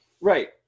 right